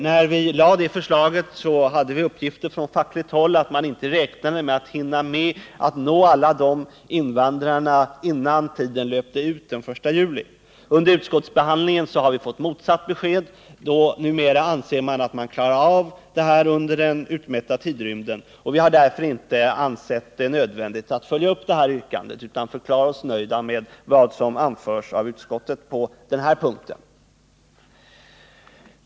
När vi lade fram förslaget hade vi uppgifter från fackligt håll om att man inte räknade med att hinna med att nå dessa invandrare, innan tiden löpte ut den 1 juli. Under utskottsbehandlingen har vi fått ett motsatt besked. Nu anser man att man klarar av saken inom den utmätta tiden, och vi har därför inte ansett det nödvändigt att ta upp yrkandet utan har på denna punkt förklarat oss nöjda med vad utskottet har anfört.